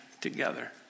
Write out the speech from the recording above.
together